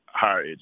higher